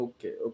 Okay